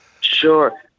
Sure